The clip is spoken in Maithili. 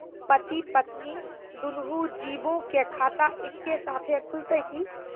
पति पत्नी दुनहु जीबो के खाता एक्के साथै खुलते की?